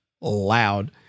loud